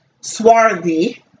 swarthy